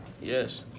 Yes